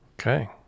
Okay